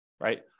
Right